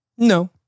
No